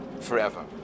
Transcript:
forever